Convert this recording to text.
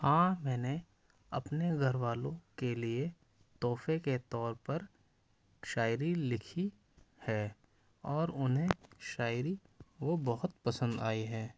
ہاں میں نے اپنے گھر والوں کے لیے تحفے کے طور پر شاعری لکھی ہے اور انہیں شاعری وہ بہت پسند آئی ہے